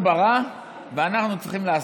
הוא ברא ואנחנו צריכים לעשות,